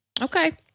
Okay